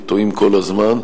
וטועים כל הזמן.